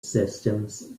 systems